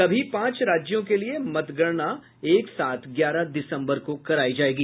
सभी पांच राज्यों के लिए मतगणना एक साथ ग्यारह दिसंबर को करायी जायेगी